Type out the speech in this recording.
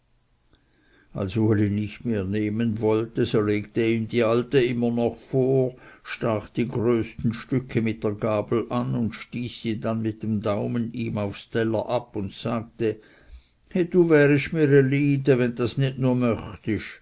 als uli nicht mehr nehmen wollte so legte ihm die alte immer noch vor stach die größten stücke mit der gabel an und stieß sie dann mit dem daumen ihm aufs teller ab und sagte dazu he du wärist mr e